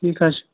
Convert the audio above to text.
ٹھیٖک حظ چھُ